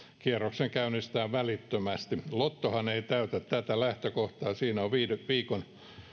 kierroksen käynnistää välittömästi lottohan ei täytä tätä lähtökohtaa siinä on viikon